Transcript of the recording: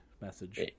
message